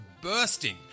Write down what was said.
bursting